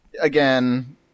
again